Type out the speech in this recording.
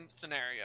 scenario